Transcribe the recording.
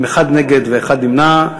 עם אחד נגד ואחד נמנע,